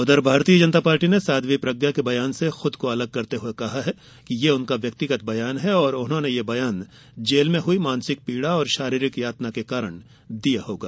उधर भारतीय जनता पार्टी ने साध्वी प्रज्ञा के बयान से खुद को अलग करते हुए कहा कि यह उनका व्यक्तिगत बयान है और उन्होंने यह बयान जेल में हुई मानसिक पीड़ा और शारीरिक यातना के कारण दिया होगा